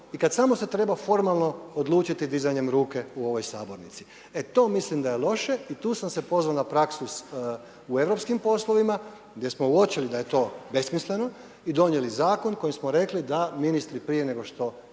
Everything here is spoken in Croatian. i kada se treba formalno odlučiti dizanjem ruke u ovoj sabornici. E to mislim da je loše i tu sam se pozvao na praksu u europskim poslovima, gdje smo uočili da je to besmisleno i donijeli zakon kojim smo rekli da ministri prije nego što iskazuju